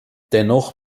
dennoch